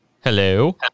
Hello